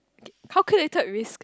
calculated risk